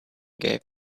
gave